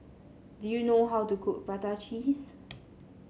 do you know how to cook Prata Cheese